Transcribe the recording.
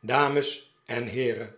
dames en heeren